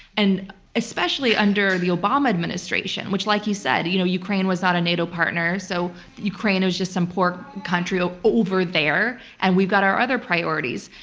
and especially under the obama administration, which like you said, you know ukraine was not a nato partner, so ukraine was just some poor country ah over there, and we've got our other priorities.